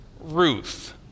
Ruth